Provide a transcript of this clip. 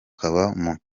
kwibasirwa